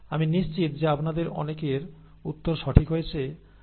আমি নিশ্চিত যে আপনাদের অনেকের উত্তর সঠিক হয়েছে আপনি এটি পরীক্ষা করতে পারেন